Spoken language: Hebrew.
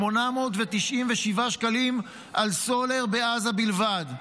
ו-844,897 שקלים על סולר בעזה בלבד.